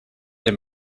him